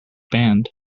band